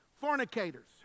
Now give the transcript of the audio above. fornicators